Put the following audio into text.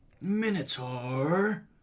Minotaur